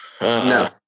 no